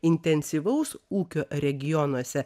intensyvaus ūkio regionuose